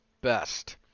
best